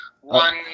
One